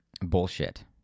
bullshit